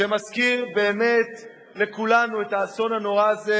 שמזכיר באמת לכולנו את האסון הנורא הזה